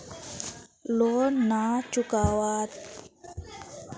loan ना चुकावाता bank वाला आदित्य तेरे घर रोक जब्त करो ली छे